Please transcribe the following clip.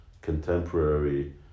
contemporary